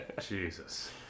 Jesus